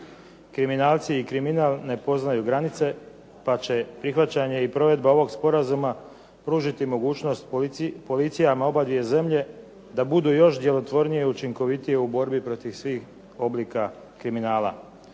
Kriminalci i kriminal ne poznaju granice pa će prihvaćanje i provedba ovog sporazuma pružiti mogućnost policijama obadvije zemlje da budu još djelotvornije i učinkovitije u borbi protiv svih oblika kriminala.